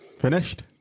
finished